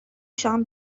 شام